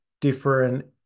different